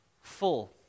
full